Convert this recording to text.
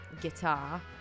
guitar